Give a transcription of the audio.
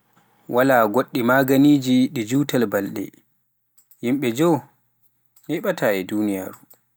waala goɗɗi magaaniji ɗi njutin balɗe, yimɓe joo neɓaata a duniyaaru.